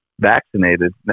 vaccinated